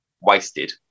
wasted